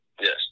Yes